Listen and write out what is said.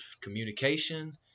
communication